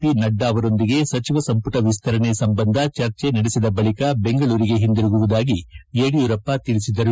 P Nadda ಅವರೊಂದಿಗೆ ಸಚಿವ ಸಂಪುಟ ವಿಸ್ತರಣೆ ಸಂಬಂಧ ಚರ್ಚೆ ನಡೆಸಿದ ಬಳಿಕ ಬೆಂಗಳೂರಿಗೆ ಹಿಂತಿರುಗುವುದಾಗಿ ಯಡಿಯೂರಪ್ಪ ತಿಳಿಸಿದರು